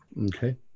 Okay